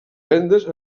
vendes